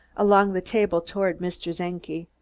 along the table toward mr. czenki.